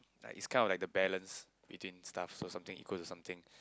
like it's kind of like the balance between stuff or something equals to something